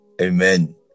amen